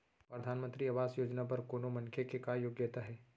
परधानमंतरी आवास योजना बर कोनो मनखे के का योग्यता हे?